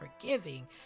forgiving